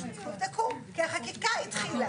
החקיקה התחילה.